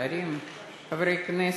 חברי הכנסת,